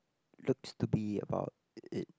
looks to be about